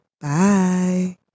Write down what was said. bye